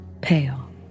pale